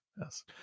yes